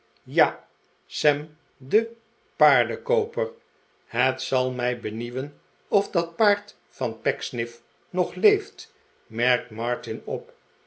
ja sam de paardenkooper het zal mij benieuwen of dat paard van pecksniff nog leeft merkte martin op